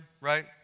right